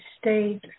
state